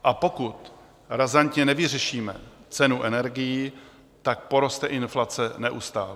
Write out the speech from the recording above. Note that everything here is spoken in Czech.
A pokud razantně nevyřešíme cenu energií, poroste inflace neustále.